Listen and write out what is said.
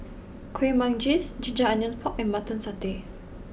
Kuih Manggis Ginger Onions Pork and Mutton Satay